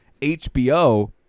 HBO